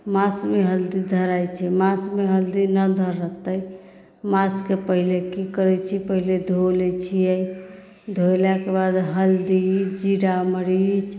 मासूमे हल्दी धराइत छै मासूमे हल्दी नहि धरऽतै मासूके पहिले की करैत छियै पहिले धो लै छियै धोलाके बाद हल्दी जीरा मरीच